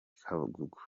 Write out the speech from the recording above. kagugu